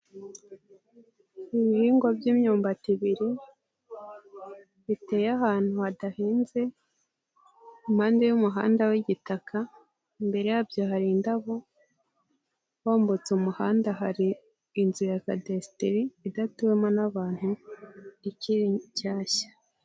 Ibihingwa by'imyumbati ibiri, biteye ahantu hadahinze, impande y'umuhanda w'igitaka, imbere yabyo hari indabo, wambutse umuhanda hari inzu ya cadesteri idatuwemo n'abantu ikiri nshyashya.